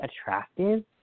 attractive